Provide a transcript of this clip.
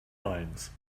lines